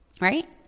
right